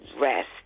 rest